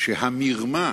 שהמרמה